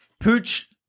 Pooch